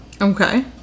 Okay